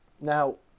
Now